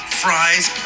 fries